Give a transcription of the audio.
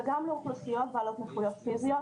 וגם לאוכלוסיות בעלות נכויות פיזיות.